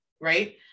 right